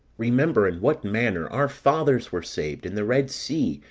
remember in what manner our fathers were saved in the red sea,